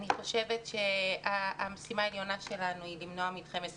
אני חושבת שהמשימה העליונה שלנו היא למנוע מלחמת אחים.